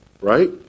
right